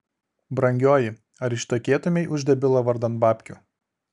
brangioji ar ištekėtumei už debilo vardan babkių